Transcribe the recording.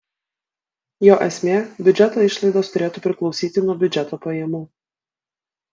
jo esmė biudžeto išlaidos turėtų priklausyti nuo biudžeto pajamų